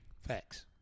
Facts